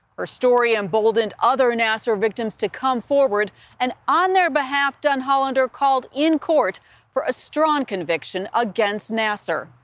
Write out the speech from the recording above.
her story emboldened other nassar victims to come forward and on their behalf denhollander called in court for a strong conviction against nassar.